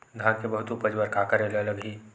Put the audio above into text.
धान के बहुत उपज बर का करेला लगही?